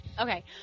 okay